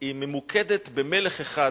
היא ממוקדת במלך אחד